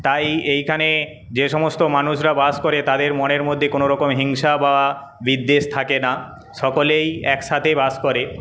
তাই এইখানে যে সমস্ত মানুষরা বাস করে তাদের মনের মধ্যে কোনোরকম হিংসা বা বিদ্বেষ থাকে না সকলেই একসাথে বাস করে